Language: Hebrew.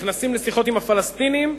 נכנסים לשיחות עם הפלסטינים,